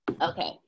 Okay